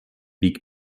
big